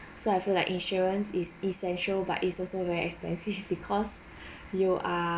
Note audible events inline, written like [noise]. so I feel like insurance is essential but it's also very expensive [laughs] because you are